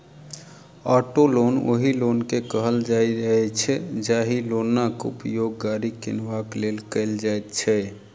auto loan ओहि loan के कहल जाइत अछि, जाहि लोनक उपयोग गाड़ी किनबाक लेल कयल जाइत छै